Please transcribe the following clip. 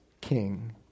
king